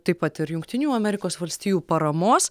taip pat ir jungtinių amerikos valstijų paramos